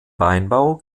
weinbau